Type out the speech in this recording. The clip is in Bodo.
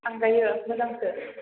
थांजायो मोजांसो